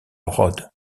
rhodes